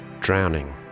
drowning